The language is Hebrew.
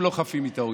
אנשים לא חפים מטעויות,